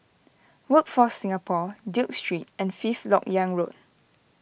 Workforce Singapore Duke Street and Fifth Lok Yang Road